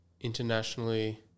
internationally